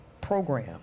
program